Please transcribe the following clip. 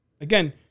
Again